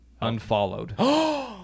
unfollowed